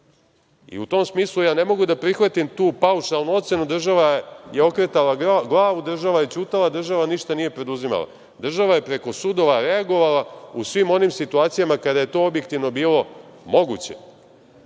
U tom smislu, ne mogu da prihvatim tu paušalnu ocenu, država je okretala glavu, država je ćutala, država ništa nije preduzimala. Država je preko sudova reagovala u svim onim situacijama kada je to objektivno bilo moguće,